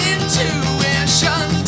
Intuition